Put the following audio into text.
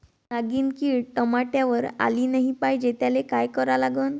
नागिन किड टमाट्यावर आली नाही पाहिजे त्याले काय करा लागन?